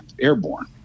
airborne